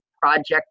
project